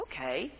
okay